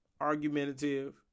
argumentative